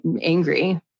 angry